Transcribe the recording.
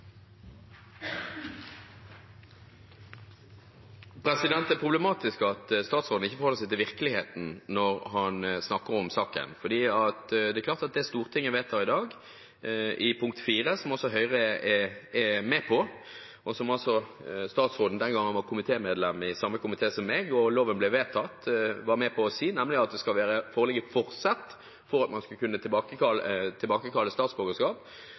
Det er problematisk at statsråden ikke forholder seg til virkeligheten når han snakker om saken. Det er klart at det Stortinget vedtar i dag under romertall IV, som også Høyre er med på, og som statsråden, som var medlem av samme komité som meg da loven ble vedtatt, var med på å si, var at det skal foreligge et forsett for at man skal kunne tilbakekalle statsborgerskap.